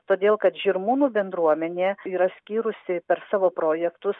todėl kad žirmūnų bendruomenė yra skyrusi per savo projektus